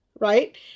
right